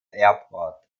airport